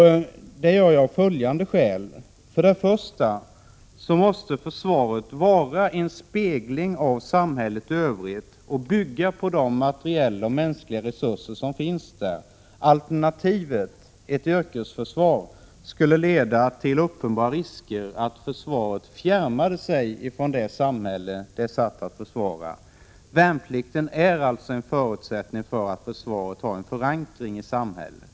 Det gör jag av följande skäl: För det första måste försvaret vara en spegling av samhället i övrigt och bygga på de materiella och mänskliga resurser som finns där. Alternativet, ett yrkesförsvar, skulle leda till uppenbara risker att försvaret fjärmade sig från det samhälle det är satt att försvara. Värnplikten är alltså en förutsättning för att försvaret har en förankring i samhället.